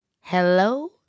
Hello